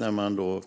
När man